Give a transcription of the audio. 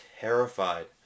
terrified